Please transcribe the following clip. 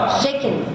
shaken